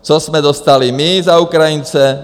Co jsme dostali my za Ukrajince?